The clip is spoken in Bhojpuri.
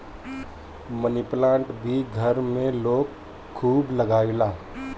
मनी प्लांट भी घर में लोग खूब लगावेला